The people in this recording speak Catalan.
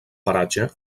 paratge